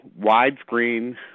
widescreen